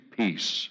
peace